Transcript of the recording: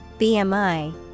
BMI